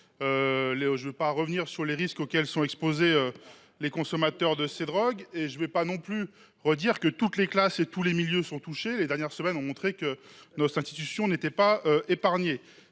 Je ne vais pas revenir sur les risques auxquels sont exposés les consommateurs de ces drogues et je ne dirai pas non plus que toutes les classes sociales et tous les milieux sont touchés : les dernières semaines ont montré que notre institution n’était pas épargnée.